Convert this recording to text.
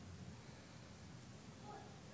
האישי, לאן אני הולכת?